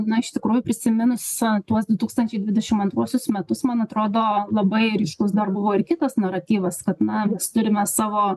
na iš tikrųjų prisiminus tuos du tūkstančiai dvidešim antruosius metus man atrodo labai ryškus dar buvo ir kitas naratyvas kad na mes turime savo